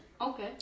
Okay